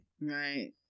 Right